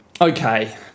Okay